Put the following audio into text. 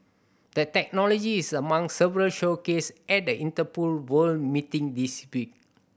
the technology is among several showcased at the Interpol World meeting this week